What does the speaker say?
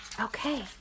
Okay